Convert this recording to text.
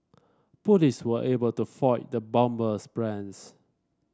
police were able to foil the bomber's plans